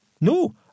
No